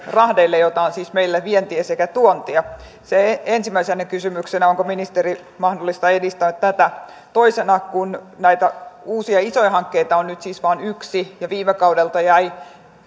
rahdeille jotka ovat siis meille vientiä sekä tuontia ensimmäisenä kysymyksenä onko ministeri mahdollista edistää tätä toisena kun näitä uusia isoja hankkeita on nyt siis vain yksi ja viime kaudelta jäi